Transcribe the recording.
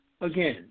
Again